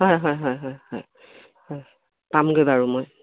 হয় হয় হয় হয় হয় হয় পামগৈ বাৰু মই